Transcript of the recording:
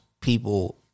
people